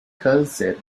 cáncer